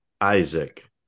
Isaac